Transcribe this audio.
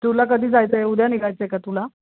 तुला कधी जायचं आहे उद्या निघायचं आहे का तुला